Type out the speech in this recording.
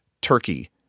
turkey